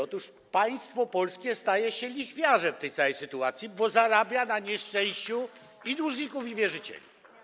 Otóż państwo polskie staje się lichwiarzem w tej sytuacji, bo zarabia na nieszczęściu i dłużników, i wierzycieli.